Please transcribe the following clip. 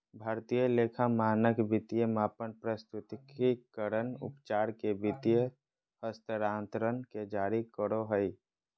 भारतीय लेखा मानक वित्तीय मापन, प्रस्तुतिकरण, उपचार के वित्तीय हस्तांतरण के जारी करो हय